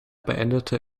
beendete